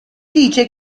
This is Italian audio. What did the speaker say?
dice